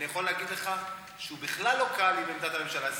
אני יכול להגיד לך שהוא בכלל לא קל עם עמדת הממשלה.